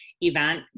event